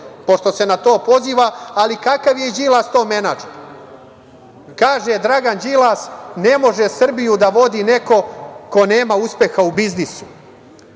pošto se na to poziva, ali i kakav je Đilas kao menadžer. Kaže Dragan Đilas – ne može Srbiju da vodi neko ko nema uspeha u biznisu.